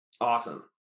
Awesome